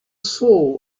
soul